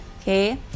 Okay